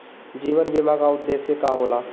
जीवन बीमा का उदेस्य का होला?